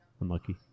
Unlucky